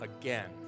again